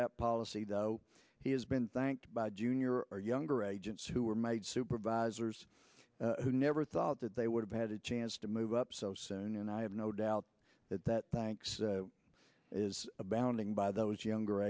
that policy though he has been thanked by junior or younger agents who were made supervisors who never thought that they would have had a chance to move up so soon and i have no doubt that that banks is abounding by those younger